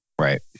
Right